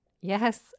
Yes